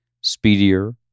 speedier